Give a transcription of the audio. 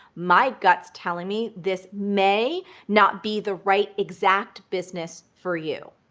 my gut's telling me, this may not be the right exact business for you,